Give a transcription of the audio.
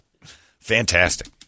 Fantastic